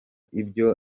ibyo